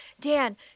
dan